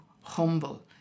humble